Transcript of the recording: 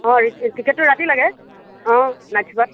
অ টিকটটো ৰাতি লাগে অ নাইটচুপাৰত